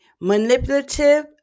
manipulative